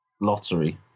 lottery